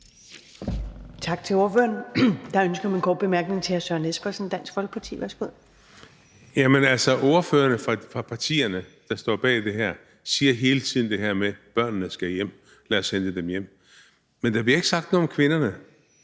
Tak til ordføreren. Der er ønske om en kort bemærkning fra hr. Søren Espersen, Dansk Folkeparti. Værsgo. Kl. 23:12 Søren Espersen (DF): Ordførerne fra de partier, der står bag det her, siger hele tiden det her med, at børnene skal hjem: Lad os hente dem hjem. Men der bliver ikke sagt noget om kvinderne.